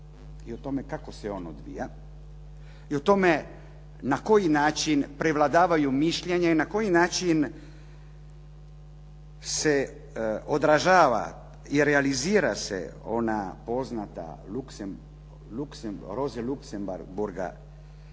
i o tome kako se on odvija i o tome na koji način prevladavaju mišljenja i na koji način se odražava, realizira se ona poznata Luxemburga